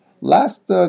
Last